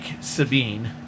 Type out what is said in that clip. Sabine